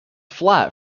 flat